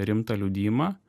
rimtą liudijimą